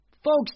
Folks